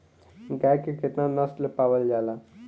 गाय के केतना नस्ल पावल जाला?